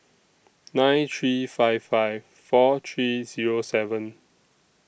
nine three five five four three Zero seven